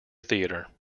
theatre